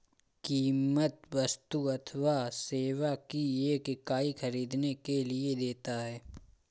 कीमत वस्तु अथवा सेवा की एक इकाई ख़रीदने के लिए देता है